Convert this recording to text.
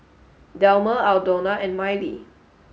Delmer Aldona and Mylee